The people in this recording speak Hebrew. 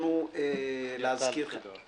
הצעה לסדר.